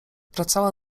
wracała